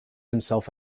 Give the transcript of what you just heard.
himself